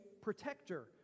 protector